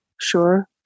Sure